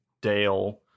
Dale